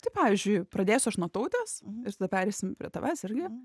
tai pavyzdžiui pradėsiu aš nuo tautės ir tada pereisim prie tavęs irgi